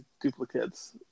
duplicates